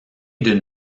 d’une